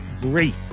great